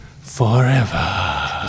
forever